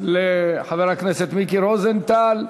לחבר הכנסת מיקי רוזנטל.